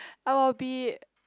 I will be